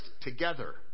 together